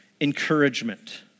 encouragement